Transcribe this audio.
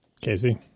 Casey